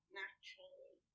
naturally